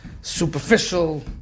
superficial